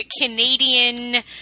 Canadian